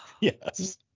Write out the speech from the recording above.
Yes